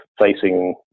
facing